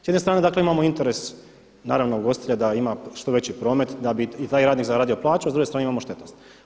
S jedne strane imamo interes naravno ugostitelja da ima što veći promet da bi i taj radnik zaradio plaću, a s druge strane imamo štetnost.